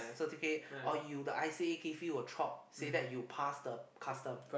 certificate or you the i_c_a gave you a chop say that you passed the custom